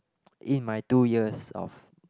in my two years of